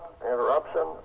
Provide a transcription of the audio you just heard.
interruption